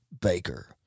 Baker